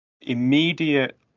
immediate